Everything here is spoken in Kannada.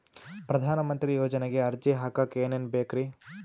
ಪ್ರಧಾನಮಂತ್ರಿ ಯೋಜನೆಗೆ ಅರ್ಜಿ ಹಾಕಕ್ ಏನೇನ್ ಬೇಕ್ರಿ?